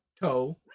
Toe